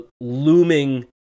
looming